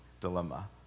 dilemma